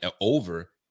over